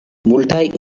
multaj